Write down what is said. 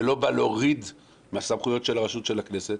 ולא בא להוריד מהסמכויות של הרשות של הכנסת.